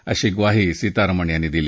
अशी म्वाही सीतारामन यांनी दिली